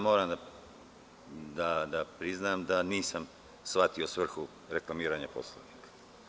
Moram da priznam da nisam shvatio svrhu reklamiranja Poslovnika.